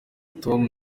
tom